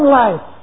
life